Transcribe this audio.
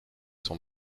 son